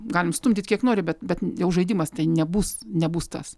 galim stumdyt kiek nori bet bet jau žaidimas tai nebus nebus tas